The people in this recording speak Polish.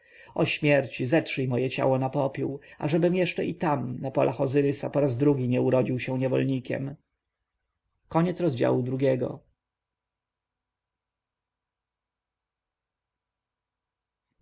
śmierci zetrzyj moje ciało na popiół ażebym jeszcze i tam na polach ozyrysa po raz drugi nie urodził się niewolnikiem